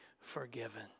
forgiven